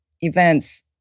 events